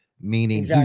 meaning